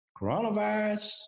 Coronavirus